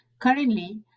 Currently